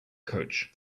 coach